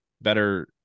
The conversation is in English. better